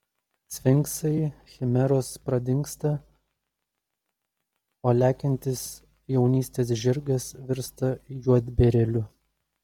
sfinksai chimeros pradingsta o lekiantis jaunystės žirgas virsta juodbėrėliu